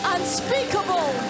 Unspeakable